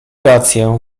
rację